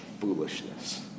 foolishness